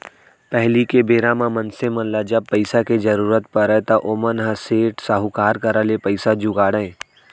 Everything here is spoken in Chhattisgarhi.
पहिली के बेरा म मनसे मन ल जब पइसा के जरुरत परय त ओमन ह सेठ, साहूकार करा ले पइसा जुगाड़य